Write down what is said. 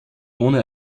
ohne